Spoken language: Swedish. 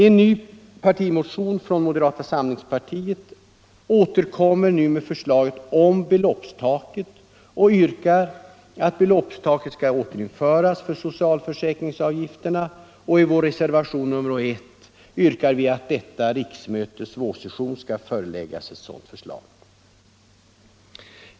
En ny partimotion från moderata samlingspartiet återkommer nu med förslaget om beloppstaket och yrkar att beloppstaket skall återinföras för socialförsäkringsavgifterna. I vår reservation nr 1 yrkar vi att detta riksmötes vårsession skall föreläggas ett sådant förslag.